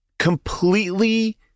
completely